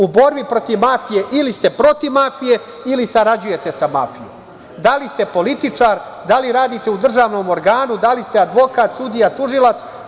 U borbi protiv mafije ili ste protiv mafije, ili sarađujete sa mafijom, da li ste političar, da li radite u državnom organu, da li ste advokat, sudija, tužilac.